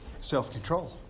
self-control